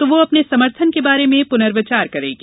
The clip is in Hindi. तो वह अपने समर्थन के बारे में पुनर्विचार करेगी